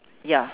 ya